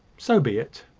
so be it.